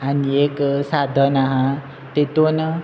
आनी एक साधन आसा तेतून